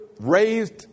raised